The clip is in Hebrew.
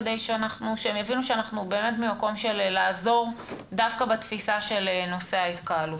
שהם יבינו שאנחנו באמת ממקום של לעזור דווקא בתפיסה של נושא ההתקהלות.